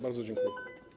Bardzo dziękuję.